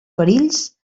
perills